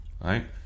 Right